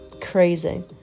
crazy